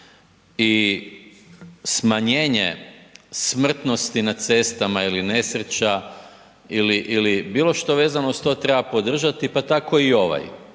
i smanjenje smrtnosti na cestama ili nesreća ili bilo što vezano uz to treba podržati, pa tako i ovaj